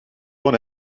want